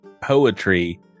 poetry